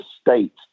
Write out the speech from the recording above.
state